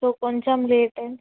so కొంచెం late అయింది